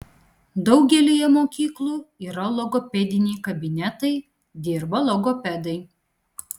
daugelyje mokyklų yra logopediniai kabinetai dirba logopedai